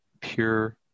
pure